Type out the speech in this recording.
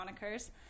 monikers